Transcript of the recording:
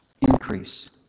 increase